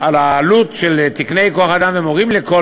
על העלות של תקני כוח-אדם ומורים לכל